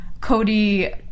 Cody